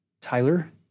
Tyler